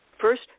First